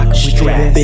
strap